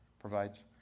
provides